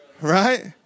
right